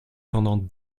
pendant